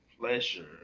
pleasure